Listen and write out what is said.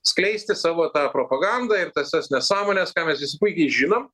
skleisti savo tą propagandą ir tas visas nesąmones ką mes visi puikiai žinom